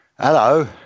Hello